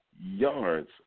yards